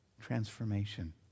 transformation